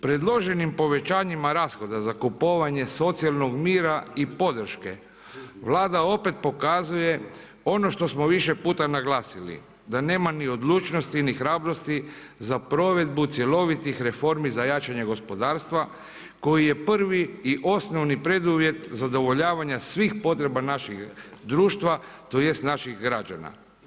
Predloženim povećanjem rashoda za kupovanje socijalnog mira i podrške, Vlada opet pokazuje ono što smo više puta naglasili, da nema ni odlučnosti ni hrabrosti za provedbu cjelovitih reformi za jačanje gospodarstva koji je prvi i osnovni preduvjet zadovoljavanja svih potreba naših društva, tj. naših građana.